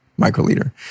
microliter